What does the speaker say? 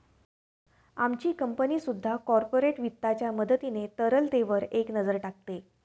आमची कंपनी सुद्धा कॉर्पोरेट वित्ताच्या मदतीने तरलतेवर एक नजर टाकते